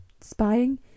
spying